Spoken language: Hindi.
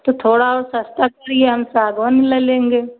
तो थोड़ा और सस्ता करिए हम सागौन लै लेंगे